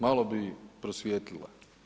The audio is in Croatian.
Malo bi prosvijetlila.